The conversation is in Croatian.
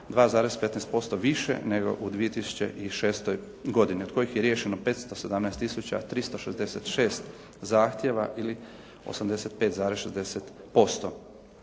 2,15% više nego u 2006. godini od kojih je riješeno 517 tisuća 366 zahtjeva ili 85,6%